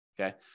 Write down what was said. Okay